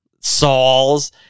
Sauls